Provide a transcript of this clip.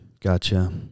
Gotcha